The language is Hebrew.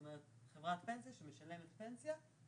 חברת פנסיה שמשלמת פנסיה,